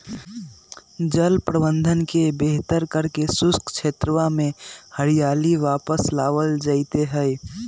जल प्रबंधन के बेहतर करके शुष्क क्षेत्रवा में हरियाली वापस लावल जयते हई